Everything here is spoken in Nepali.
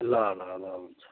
ल ल ल हुन्छ